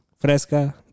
fresca